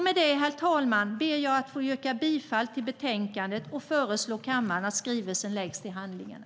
Med det, herr talman, ber jag att få yrka bifall till utskottets förslag i betänkandet och föreslå kammaren att skrivelsen läggs till handlingarna.